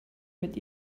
mit